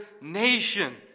nation